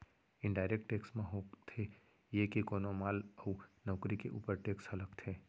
indirect tax म होथे ये के कोनो माल अउ नउकरी के ऊपर टेक्स ह लगथे